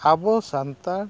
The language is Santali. ᱟᱵᱚ ᱥᱟᱱᱛᱟᱲ